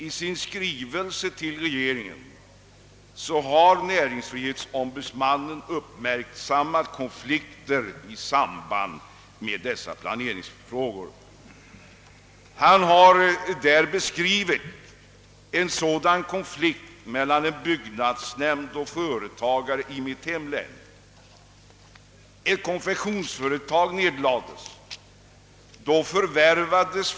I sin skrivelse till regeringen har näringsfrihetsombudsmannen uppmärksammat konflikter i samband med dessa planeringsfrågor. Han har där beskrivit en sådan konflikt mellan en byggnadsnämnd och en företagare i mitt hemlän. Ett konfektionsföretag nedlades.